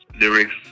lyrics